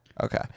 Okay